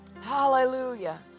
Hallelujah